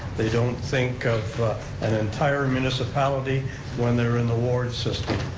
they don't think of an entire municipality when they're in the ward system.